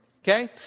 Okay